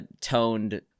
toned